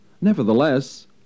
Nevertheless